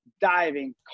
diving